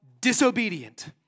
disobedient